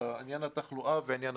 על עניין התחלואה ועל עניין